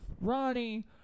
Ronnie